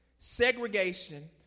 segregation